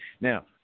Now